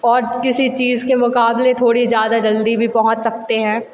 और किसी चीज़ के मुक़ाबले थोड़ी ज़्यादा जल्दी भी पहुँच सकते हैं